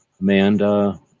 Amanda